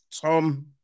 Tom